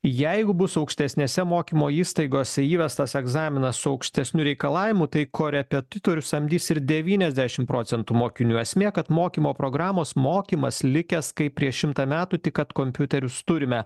jeigu bus aukštesnėse mokymo įstaigose įvestas egzaminas su aukštesniu reikalavimu tai korepetitorius samdys ir devyniasdešim procentų mokinių esmė kad mokymo programos mokymas likęs kaip prieš šimtą metų tik kad kompiuterius turime